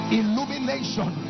illumination